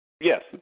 Yes